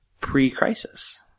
pre-crisis